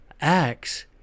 acts